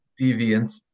deviance